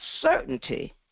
certainty